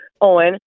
Owen